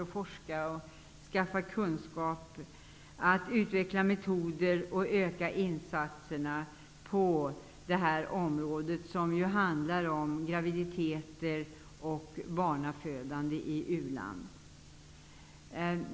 Det gäller ju att utveckla metoder och att öka insatserna på det här området, som ju handlar om graviditeter och barnafödande i u-land.